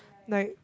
like